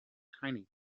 tiny